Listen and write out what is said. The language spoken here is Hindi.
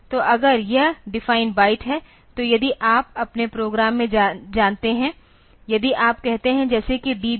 तो अगर यह डिफाइन बाइट है तो यदि आप अपने प्रोग्राम में जानते हैं यदि आप कहते हैं जैसे कि DB 20